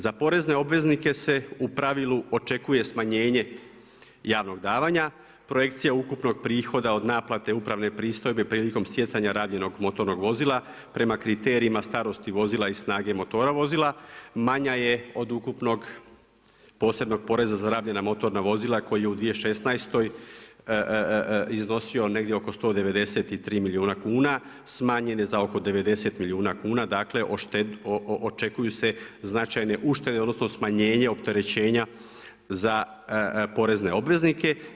Za porezne obveznike se u pravilu očekuje smanjenje javnog davanja, projekcije ukupnog prihoda od naplate upravne pristojbe prilikom stjecanja rabljenog motornog vozila prema kriterijima starosti vozila i snage motora vozila manja je od ukupnog posebnog poreza za rabljena motorna vozila koji je u 2016. iznosio negdje oko 193 milijuna kuna, smanjen je za oko 90 milijuna kuna dakle očekuju se značajne uštede odnosno smanjenje opterećenja za porezne obveznike.